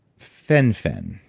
fen-phen.